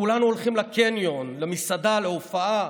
כשכולנו הולכים לקניון, למסעדה, להופעה,